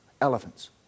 elephants